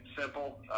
simple